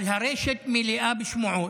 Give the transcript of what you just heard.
אבל הרשת מלאה בשמועות,